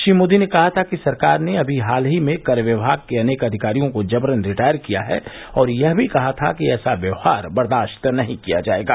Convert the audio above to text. श्री मोदी ने कहा था कि सरकार ने अभी हाल में कर विभाग के अनेक अधिकारियों को जबरन रिटायर किया है और यह भी कहा था कि ऐसा व्यवहार बर्दाश्त नहीं किया जाएगा